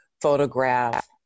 photograph